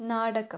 നാടകം